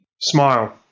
Smile